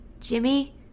Jimmy